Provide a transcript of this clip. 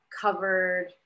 covered